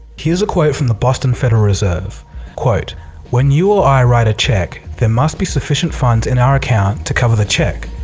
here's a quote from the boston federal reserve when you or i write a check there must be sufficient funds in our account to cover the check.